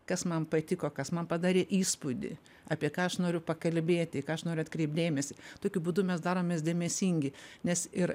kas man patiko kas man padarė įspūdį apie ką aš noriu pakalbėti į ką aš noriu atkreipt dėmesį tokiu būdu mes daromės dėmesingi nes ir